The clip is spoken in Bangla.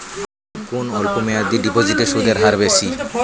কোন অল্প মেয়াদি ডিপোজিটের সুদের হার বেশি?